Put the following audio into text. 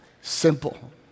Simple